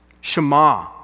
Shema